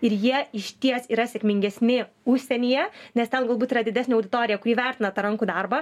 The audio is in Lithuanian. ir jie išties yra sėkmingesni užsienyje nes ten galbūt yra didesnė auditorija kuri vertina tą rankų darbą